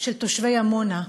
של תושבי עמונה,